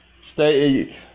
Stay